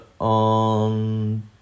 on